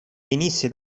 venisse